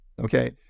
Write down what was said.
okay